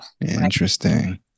Interesting